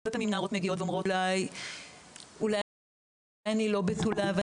הרבה פעמים נערות מגיעות ואומרות: אולי אני לא בתולה ואני